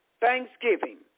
Thanksgiving